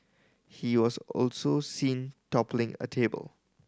he was also seen toppling a table